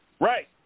Right